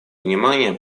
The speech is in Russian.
внимание